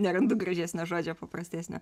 nerandu gražesnio žodžio paprastesnio